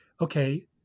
Okay